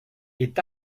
est